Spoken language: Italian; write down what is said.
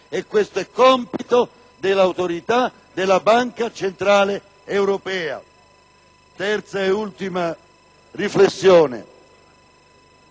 E questo è compito dell'autorità della Banca centrale europea. E vengo alla terza e ultima riflessione,